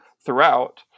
throughout